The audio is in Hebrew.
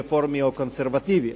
רפורמי או קונסרבטיבי,